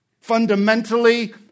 Fundamentally